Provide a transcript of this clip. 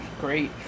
Great